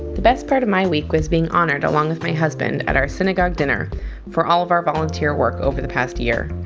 the best part of my week was being honored along with my husband at our synagogue dinner for all of our volunteer work over the past year.